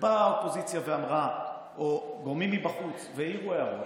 ובאה האופוזיציה ואמרה או גורמים מבחוץ העירו הערות,